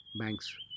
banks